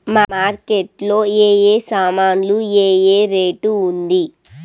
Market లో ఏ ఏ సామాన్లు ఏ ఏ రేటు ఉంది?